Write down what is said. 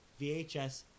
vhs